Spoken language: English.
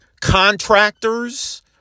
contractors